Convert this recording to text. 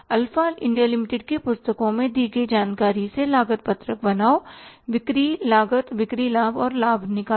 alpha India Limited की पुस्तकों में दी गई जानकारी से लागत पत्रक बनाओ बिक्री लागत बिक्री लाभ और लाभ निकालो